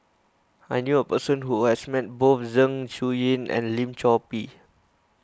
I knew a person who has met both Zeng Shouyin and Lim Chor Pee